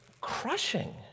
crushing